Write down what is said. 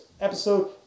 episode